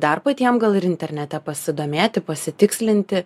dar patiem gal ir internete pasidomėti pasitikslinti